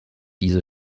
diese